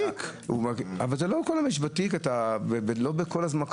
אופי הקניות הרבה יותר מזדמנות.